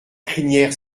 crinière